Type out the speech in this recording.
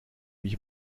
mich